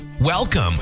Welcome